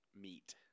meet